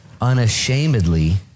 unashamedly